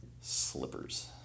slippers